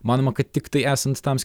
manoma kad tiktai esant tam